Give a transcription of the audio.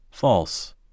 False